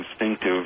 instinctive